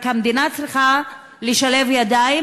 רק המדינה צריכה לשלב ידיים,